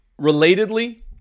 Relatedly